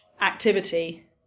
activity